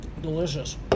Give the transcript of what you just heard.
Delicious